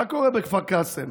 מה קורה בכפר קאסם?